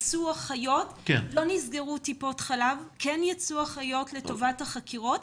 לא נסגרו טיפות חלב, כן יצאו אחיות לטובת החקירות.